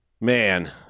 man